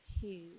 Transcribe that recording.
two